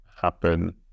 happen